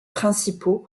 principaux